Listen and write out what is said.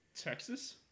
Texas